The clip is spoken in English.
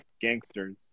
gangsters